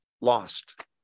Lost